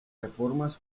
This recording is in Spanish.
reformas